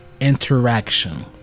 interaction